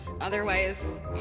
Otherwise